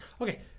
Okay